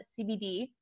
CBD